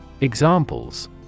Examples